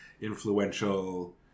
influential